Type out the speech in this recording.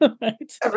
right